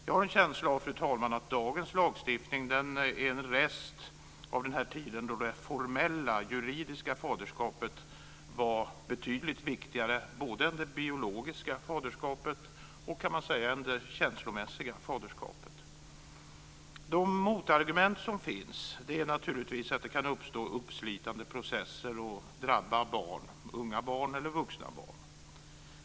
Jag har en känsla av att dagens lagstiftning är en rest från den tiden då det formella, juridiska, faderskapet var betydligt viktigare både än det biologiska faderskapet och än det känslomässiga faderskapet. De motargument som finns är att det kan uppstå uppslitande processer som drabbar unga eller vuxna barn.